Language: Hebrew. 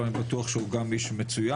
אבל אני בטוח שהוא גם איש מצוין.